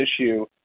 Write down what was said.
issue